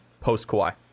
post-Kawhi